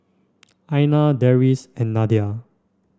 Aina Deris and Nadia